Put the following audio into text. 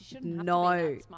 no